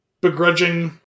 begrudging